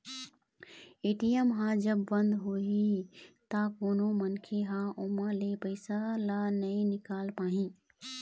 ATM ह जब बंद हो जाही त कोनो मनखे ह ओमा ले पइसा ल नइ निकाल पाही